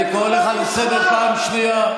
אני קורא אותך לסדר פעם שנייה.